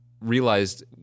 Realized